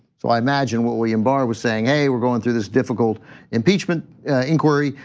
so i imagine what william bar was saying, hey, we're going through this difficult impeachment inquiry,